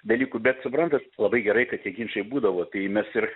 dalykų bet suprantat labai gerai kad tie ginčai būdavo tai mes ir